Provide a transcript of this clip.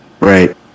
Right